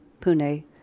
Pune